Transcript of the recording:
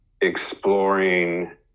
exploring